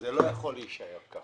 זה לא יכול להישאר כך.